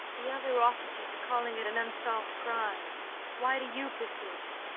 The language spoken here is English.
the other officers are calling it an unsolved crime why do you persist?